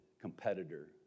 competitor